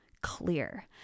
clear